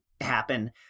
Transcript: happen